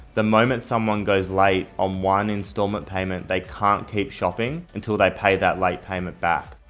the moment someone goes late on one installment payment, they can't keep shopping until they pay that late payment back.